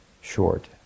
short